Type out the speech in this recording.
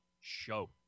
show